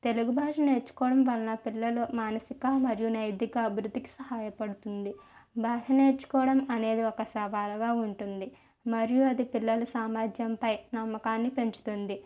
తెలుగు భాష నేర్చుకోవడం వలన పిల్లలు మానసిక మరియు నైతిక అభివృద్ధికి సహాయపడుతుంది భాష నేర్చుకోవడం అనేది ఒక సవాలుగా ఉంటుంది మరియు అది పిల్లల సామర్ధ్యంపై నమ్మకాన్ని పెంచుతుంది